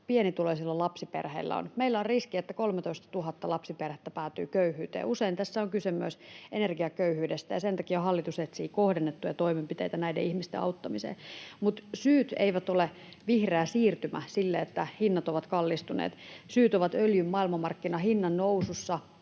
pienituloisilla lapsiperheillä on. Meillä on riski, että 13 000 lapsiperhettä päätyy köyhyyteen. Usein tässä on kyse myös energiaköyhyydestä, ja sen takia hallitus etsii kohdennettuja toimenpiteitä näiden ihmisten auttamiseen. Mutta syy sille, että hinnat ovat kallistuneet, ei ole vihreä siirtymä. Syyt ovat öljyn maailmanmarkkinahinnan nousussa,